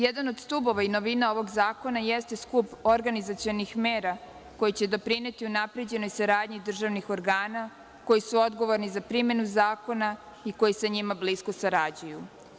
Jedan od stubova i novina ovog zakona jeste skup organizacionih mera koja će doprineti unapređenoj saradnji državnih organa koji su odgovorni za primenu zakona i koji sa njima blisko sarađuju.